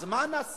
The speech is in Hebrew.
אז מה נעשה?